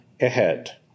ahead